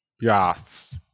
yes